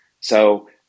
So-